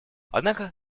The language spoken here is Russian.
однако